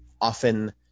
often